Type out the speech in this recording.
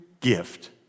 gift